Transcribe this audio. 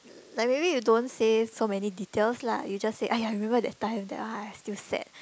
like maybe you don't say so many details lah you just say !aiya! remember that time that I feel sad